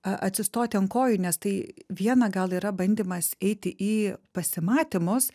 atsistoti ant kojų nes tai viena gal yra bandymas eiti į pasimatymus